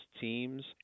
teams